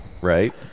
right